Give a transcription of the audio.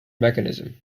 mechanism